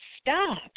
stop